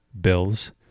bills